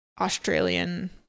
Australian